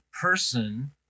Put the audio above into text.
person